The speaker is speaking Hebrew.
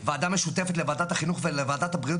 ועדה משותפת לוועדת החינוך ולוועדת הבריאות